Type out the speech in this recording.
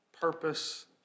purpose